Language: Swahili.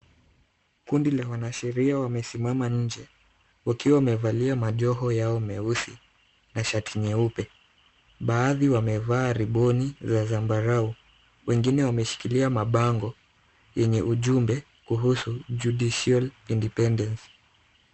Kundi la wanasheria wamesimama nje. Wakiwa wamevalia majoho yao nyeusi na shati nyeupe. Baadhi wamevaa riboni za zambarau. Wengine wameshikilia mabango yenye ujumbe kuhusu judicial independence .